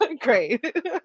Great